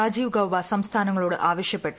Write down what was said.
രാജീവ് ഗൌബ സംസ്ഥാനങ്ങളോട് ആവശ്യപ്പെട്ടു